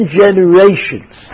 generations